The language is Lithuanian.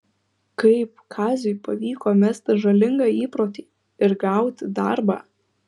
kaip kaziui pavyko mesti žalingą įprotį ir gauti darbą